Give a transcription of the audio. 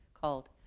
called